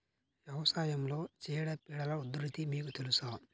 వ్యవసాయంలో చీడపీడల ఉధృతి మీకు తెలుసా?